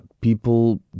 people